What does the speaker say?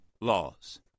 laws